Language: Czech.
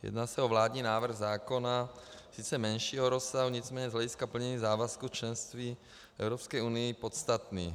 Jedná se o vládní návrh zákona sice menšího rozsahu, nicméně z hlediska plnění závazků členství v Evropské unii podstatný.